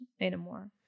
anymore